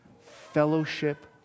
fellowship